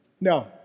No